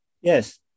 Yes